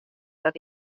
dat